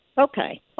Okay